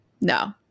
no